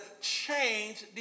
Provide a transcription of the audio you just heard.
change